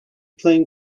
playing